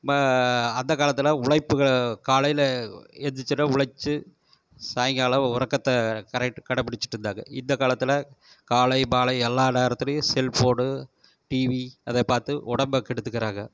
அந்த காலத்தில் உழைப்பு காலையில் எந்திரிச்சோடன்ன உழைச்சி சாயங்காலம் உறக்கத்தை கடைபிடிச்சிட்டு இருந்தாங்க இந்த காலத்தில் காலை மாலை எல்லா நேரத்துலையும் செல் ஃபோனு டிவி அதை பார்த்து உடம்பை கெடுத்துக்கிறாங்க